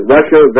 Russia